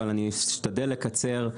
אבל אני אשתדל לקצר,